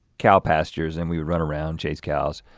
cow pastures, and we would run around, chase cows,